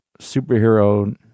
superhero